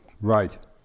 Right